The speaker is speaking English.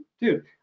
dude